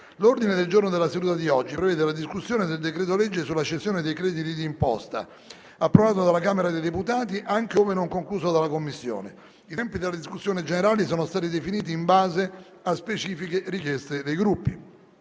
L'ordine del giorno della seduta di oggi prevede la discussione del decreto-legge sulla cessione dei crediti di imposta, approvato dalla Camera dei deputati, anche ove non concluso dalla Commissione. I tempi della discussione generale sono stati definiti in base a specifiche richieste dei Gruppi.